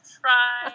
try